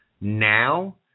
now